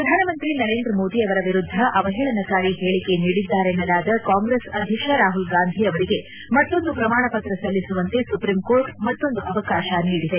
ಪ್ರಧಾನಮಂತ್ರಿ ನರೇಂದ್ರ ಮೋದಿ ಅವರ ವಿರುದ್ದ ಅವಹೇಳನಕಾರಿ ಹೇಳಿಕೆ ನೀಡಿದ್ದಾರೆನ್ನಲಾದ ಕಾಂಗ್ರೆಸ್ ಅಧ್ಯಕ್ಷ ರಾಹುಲ್ ಗಾಂಧಿ ಅವರಿಗೆ ಮತ್ತೊಂದು ಪ್ರಮಾಣಪತ್ರ ಸಲ್ಲಿಸುವಂತೆ ಸುಪ್ರೀಂಕೋರ್ಟ್ ಮತ್ತೊಂದು ಅವಕಾಶ ನೀಡಿದೆ